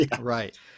Right